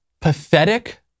pathetic